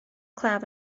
claf